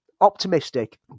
optimistic